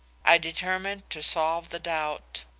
i determined to solve the doubt.